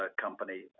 company